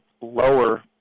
lower